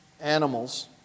animals